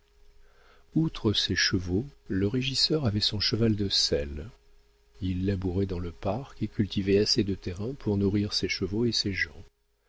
outre ces chevaux le régisseur avait son cheval de selle il labourait dans le parc et cultivait assez de terrain pour nourrir ses chevaux et ses gens